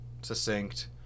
succinct